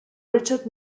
richard